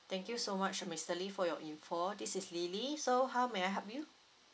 thank you so much uh mister lee for your info this is lily so how may I help you